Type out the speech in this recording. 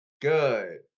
Good